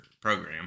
program